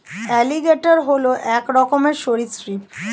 alligator হল এক রকমের সরীসৃপ